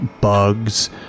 bugs